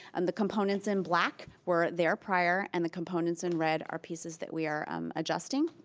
and the components and black were there prior and the components in red are pieces that we are um adjusting.